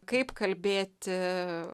kaip kalbėti